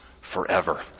forever